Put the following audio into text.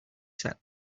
sat